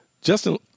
Justin